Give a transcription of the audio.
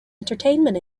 entertainment